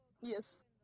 Yes